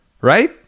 right